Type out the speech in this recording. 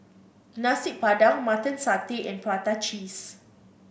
Nasi Padang Mutton Satay and Prata Cheese